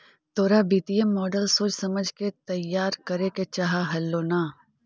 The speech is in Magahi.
तोरा वित्तीय मॉडल सोच समझ के तईयार करे के चाह हेलो न